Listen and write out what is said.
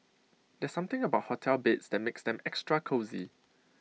there's something about hotel beds that makes them extra cosy